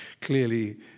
clearly